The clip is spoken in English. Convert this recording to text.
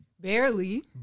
Barely